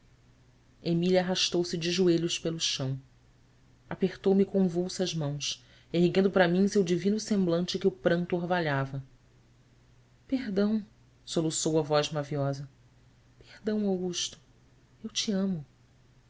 afastando me emília arrastou-se de joelhos pelo chão apertou-me convulsa as mãos erguendo para mim seu divino semblante que o pranto orvalhava erdão soluçou a voz maviosa erdão ugusto u te amo